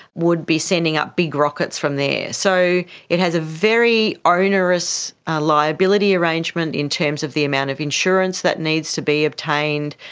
would be sending up big rockets from there. so it has a very ah onerous liability arrangement in terms of the amount of insurance that needs to be obtained,